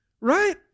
right